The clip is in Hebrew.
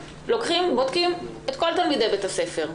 בודקים את כל תלמידי בית הספר.